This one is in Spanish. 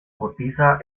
cotiza